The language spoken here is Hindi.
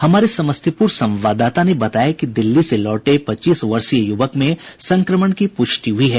हमारे समस्तीपुर संवाददाता ने बताया कि दिल्ली से लौटे पच्चीस वर्षीय युवक में संक्रमण की पुष्टि हुई है